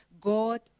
God